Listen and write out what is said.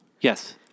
Yes